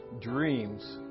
dreams